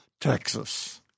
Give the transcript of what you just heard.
Texas